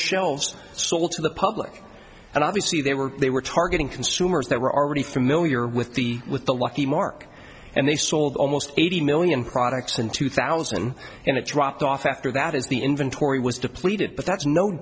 shelves sold to the public and obviously they were they were targeting consumers they were already familiar with the with the lucky mark and they sold almost eighty million products in two thousand and it dropped off after that as the inventory was depleted but that's no